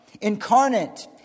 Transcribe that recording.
incarnate